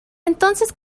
entonces